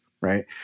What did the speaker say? right